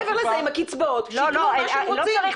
מעבר לזה עם הקצבאות שיקנו מה שהם רוצים.